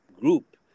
group